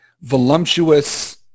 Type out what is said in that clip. voluptuous